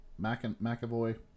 McAvoy